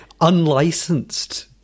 unlicensed